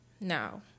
Now